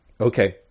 okay